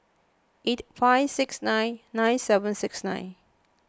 eight five six nine nine seven six nine